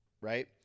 right